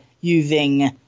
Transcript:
using